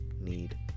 need